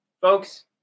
folks